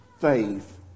faith